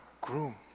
groom